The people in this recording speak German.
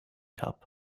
cup